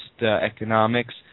economics